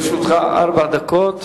לרשותך ארבע דקות.